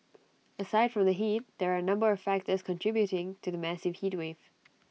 aside from the heat there are A number of factors contributing to the massive heatwave